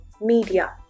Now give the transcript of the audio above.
media